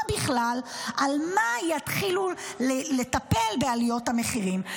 בכלל על מה יתחילו לטפל בעליות המחירים.